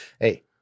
Hey